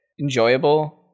enjoyable